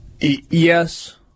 Yes